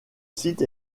site